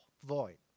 void